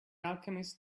alchemist